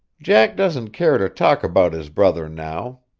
jack doesn't care to talk about his brother now.